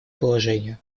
положение